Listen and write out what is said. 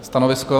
Stanovisko?